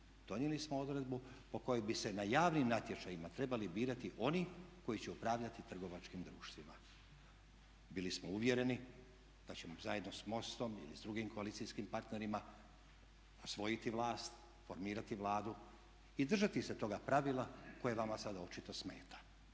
donijeli smo odredbu po kojoj bi se na javnim natječajima trebali birati oni koji će upravljati trgovačkim društvima. Bili smo uvjereni da ćemo zajedno s MOST-om ili s drugim koalicijskim partnerima osvojiti vlast, formirati Vladu i držati se toga pravila koje vama sada očito smeta.